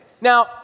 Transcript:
Now